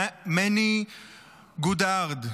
מני גודארד,